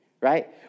right